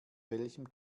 welchem